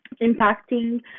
impacting